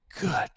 Good